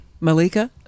malika